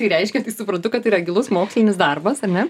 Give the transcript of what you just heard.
tai reiškia tai suprantu kad tai yra gilus mokslinis darbas ar ne